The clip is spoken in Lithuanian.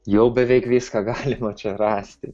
jau beveik viską galima čia rasti